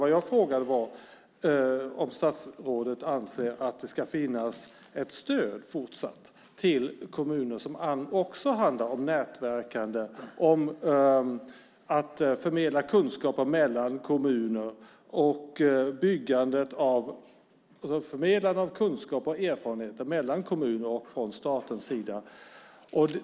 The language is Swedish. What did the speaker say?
Det jag frågade var om statsrådet anser att det ska finnas ett fortsatt stöd till kommuner som också handlar om nätverkande och förmedlande av kunskaper och erfarenheter mellan kommuner och från statens sida.